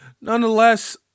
nonetheless